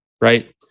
right